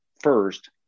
first